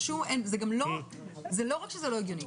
לא רק שזה לא הגיוני,